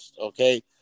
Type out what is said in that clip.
Okay